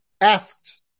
asked